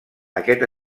aquest